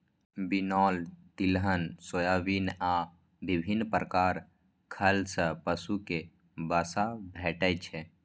बिनौला, तिलहन, सोयाबिन आ विभिन्न प्रकार खल सं पशु कें वसा भेटै छै